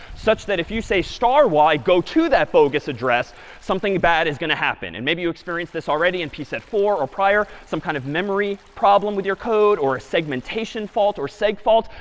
such that if you say star y go to that bogus address something bad is going to happen. and maybe you experienced this already in p set four or prior, some kind of memory problem with your code, or a segmentation fault or seg fault,